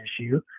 issue